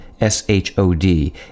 S-H-O-D